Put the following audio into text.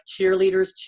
cheerleaders